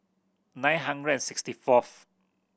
nine hundred and sixty fourth